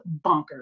bonkers